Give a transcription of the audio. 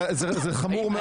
זה חמור מאוד.